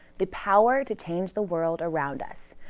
the power to change the world around us.